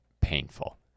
painful